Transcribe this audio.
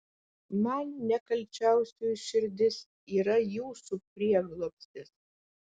man nekalčiausioji širdis yra jūsų prieglobstis